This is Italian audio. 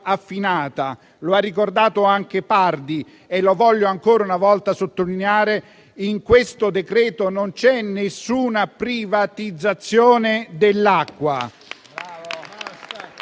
affinata. Lo ha ricordato anche il collega Paroli e lo voglio ancora una volta sottolineare: in questo decreto non c'è nessuna privatizzazione dell'acqua.